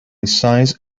size